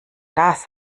das